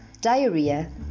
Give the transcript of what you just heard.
diarrhea